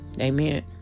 Amen